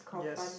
yes